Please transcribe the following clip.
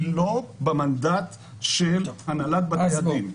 היא לא במנדט של הנהלת בתי הדין.